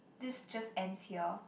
this just ends here